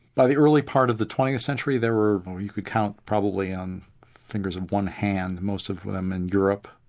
by the early part of the twentieth century, there were, well you could count probably on the fingers of one hand, most of them in europe.